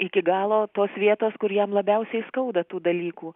iki galo tos vietos kur jam labiausiai skauda tų dalykų